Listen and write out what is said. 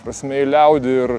prasme į liaudį ir